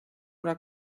una